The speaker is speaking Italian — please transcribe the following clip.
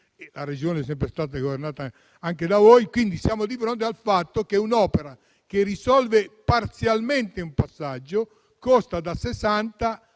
la Regione è sempre stata governata anche da voi - ma siamo di fronte al fatto che un'opera che risolve parzialmente un passaggio costa da 60 a